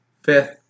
fifth